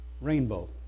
rainbow